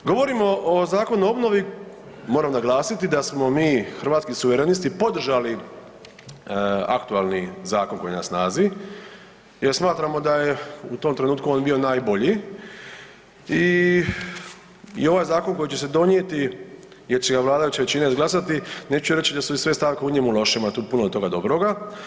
Govorimo o Zakonu o obnovi, moram naglasiti da smo mi, Hrvatski suverenisti podržali aktualni zakon koji je na snazi jer smatramo da je u tom trenutku on bio najbolji i ovaj zakon koji će se donijeti jer će ga vladajuća većina izglasati, neću reći da su i sve stavke u njemu loše, ima tu puno toga dobroga.